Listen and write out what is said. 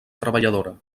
treballadora